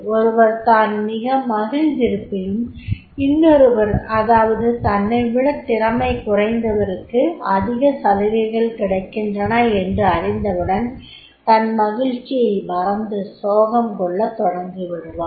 ஒருவர் தான் மிக மகிழ்ந்து இருப்பினும் இன்னொருவர் அதாவது தன்னைவிடத் திறமை குறைந்தவருக்கு அதிக சலுகைகள் கிடைக்கின்றன என்று அறிந்தவுடன் தன் மகிழ்ச்சியை மறந்து சோகம் கொள்ளத் தொடங்கிவிடுவார்